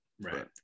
right